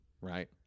right